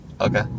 Okay